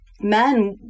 men